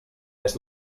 més